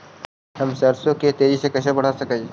हम सरसों के तेजी से कैसे बढ़ा सक हिय?